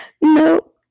No